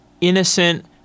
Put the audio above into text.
innocent